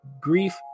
grief